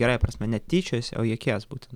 gerąja prasme ne tyčiojiesi o juokies būten